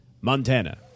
Montana